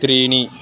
त्रीणि